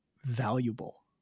valuable